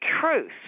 truth